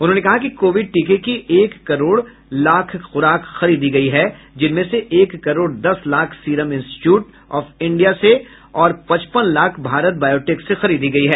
उन्होंने कहा कि कोविड टीके की एक करोड़ पैंसठ लाख ख्राक खरीदी गई है जिनमें से एक करोड़ दस lakh Serum Institute of India से और पचपन लाख भारत बायोटेक से खरीदी गई हैं